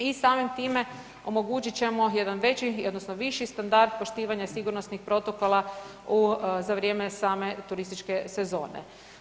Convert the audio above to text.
I samim time omogućit ćemo jedan veći odnosno viši standard poštivanja sigurnosnih protokola za vrijeme same turističke sezone.